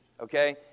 okay